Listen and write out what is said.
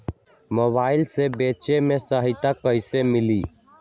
Mobile से बेचे में सहायता कईसे मिली?